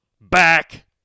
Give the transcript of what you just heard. back